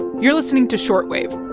you're listening to short wave